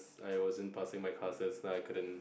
I wasn't passing my classes like I couldn't